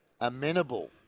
Amenable